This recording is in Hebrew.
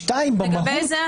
לגבי זה,